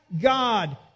God